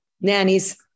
Nannies